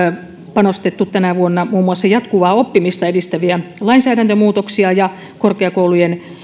panostettu tänä vuonna muun muassa jatkuvaa oppimista edistävin lainsäädäntömuutoksin ja myös korkeakoulujen